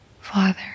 Father